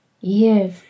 Yes